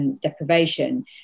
deprivation